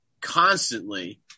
constantly